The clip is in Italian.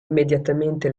immediatamente